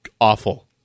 awful